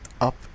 up